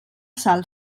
sal